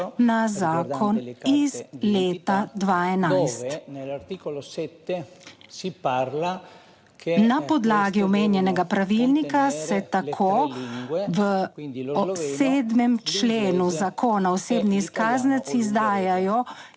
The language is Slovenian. na zakon iz leta 2011. Na podlagi omenjenega pravilnika se tako v 7. členu Zakona o osebni izkaznici izdajajo